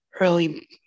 early